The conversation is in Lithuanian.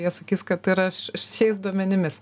jie sakys kad ir yra šiais duomenimis